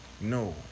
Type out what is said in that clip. No